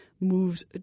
moves